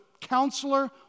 counselor